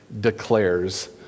declares